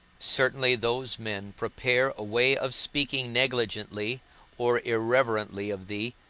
certainly those men prepare a way of speaking negligently or irreverently of thee,